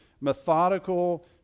methodical